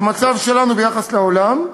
את המצב שלנו ביחס לעולם,